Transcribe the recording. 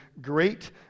great